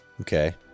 Okay